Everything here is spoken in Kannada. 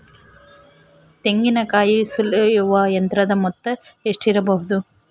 ತೆಂಗಿನಕಾಯಿ ಸುಲಿಯುವ ಯಂತ್ರದ ಮೊತ್ತ ಎಷ್ಟಿರಬಹುದು?